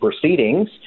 proceedings